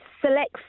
select